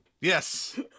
Yes